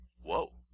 Whoa